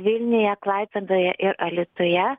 vilniuje klaipėdoje ir alytuje